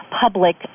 public